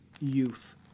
youth